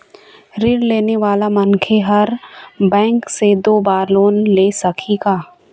ऋण लेने वाला मनखे हर बैंक से दो बार लोन ले सकही का?